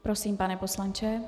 Prosím, pane poslanče.